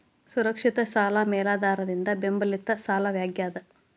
ಸುರಕ್ಷಿತ ಸಾಲ ಮೇಲಾಧಾರದಿಂದ ಬೆಂಬಲಿತ ಸಾಲವಾಗ್ಯಾದ